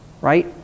right